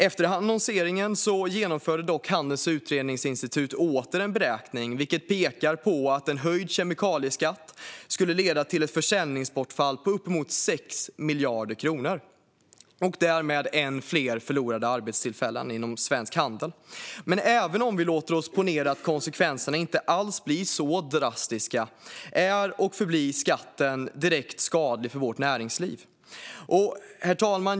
Efter annonseringen genomförde dock Handelns utredningsinstitut åter en beräkning som pekar på att en höjd kemikalieskatt skulle leda till ett försäljningsbortfall på uppemot 6 miljarder kronor och därmed ännu fler förlorade arbetstillfällen inom svensk handel. Men även om vi ponerar att konsekvenserna inte alls blir så drastiska är och förblir skatten direkt skadlig för vårt näringsliv.